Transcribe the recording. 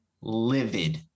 livid